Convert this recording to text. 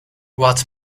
what